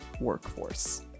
workforce